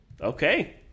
Okay